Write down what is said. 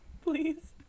please